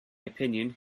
opinion